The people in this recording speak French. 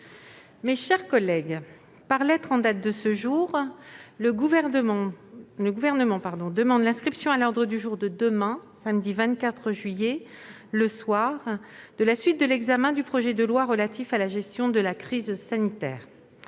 Mes chers collègues, par lettre en date de ce jour, le Gouvernement demande l'inscription à l'ordre du jour de demain, samedi 24 juillet, le soir, de la suite de l'examen du projet de loi relatif à la gestion de la crise sanitaire.